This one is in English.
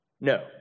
No